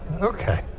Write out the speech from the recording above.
Okay